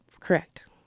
Correct